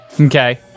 Okay